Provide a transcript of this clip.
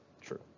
true